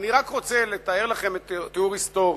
אני רק רוצה לתאר לכם תיאור היסטורי.